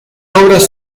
obras